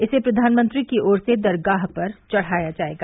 इसे प्रधानमंत्री की ओर से दरगाह पर चढ़ाया जाएगा